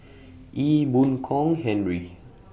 Ee Boon Kong Henry